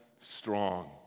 strong